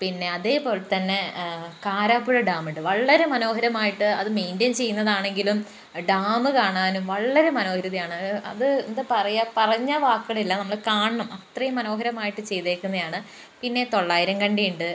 പിന്നെ അതേപോലെത്തന്നെ കാരാപ്പുഴ ഡാമുണ്ട് വളരെ മനോഹരമായിട്ട് അത് മെയിൻ്റെയിൻ ചെയ്യുന്നതാണെങ്കിലും ഡാമ് കാണാനും വളരെ മനോഹരിതയാണ് അത് എന്താ പറയാ പറഞ്ഞാൽ വാക്കുകളില്ല നമ്മള് കാണണം അത്രയും മനോഹരമായിട്ട് ചെയ്തേക്കുന്നെയാണ് പിന്നെ തൊള്ളായിരം കണ്ടിയുണ്ട്